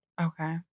Okay